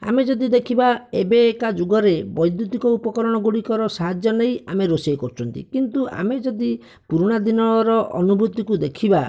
ଆମେ ଯଦି ଦେଖିବା ଏବେକା ଯୁଗରେ ବୈଦ୍ୟୁତିକ ଉପକରଣ ଗୁଡ଼ିକର ସାହାଯ୍ୟ ନେଇ ଆମେ ରୋଷେଇ କରୁଛନ୍ତି କିନ୍ତୁ ଆମେ ଯଦି ପୁରୁଣା ଦିନର ଅନୁଭୂତିକୁ ଦେଖିବା